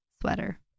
sweater